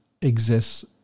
exists